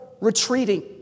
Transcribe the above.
retreating